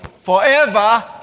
Forever